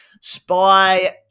Spy